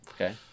okay